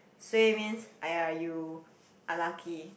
suay means !aiya! you unlucky